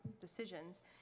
decisions